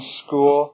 school